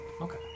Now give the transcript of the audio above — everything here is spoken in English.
Okay